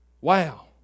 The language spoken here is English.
Wow